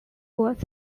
was